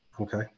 Okay